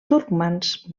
turcmans